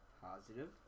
Positive